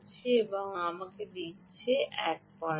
এটি আমাকে দিচ্ছে 16